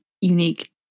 unique